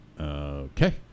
okay